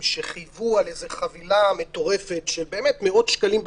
שחייבו על איזה חבילה מטורפת של מאות שקלים בחודש,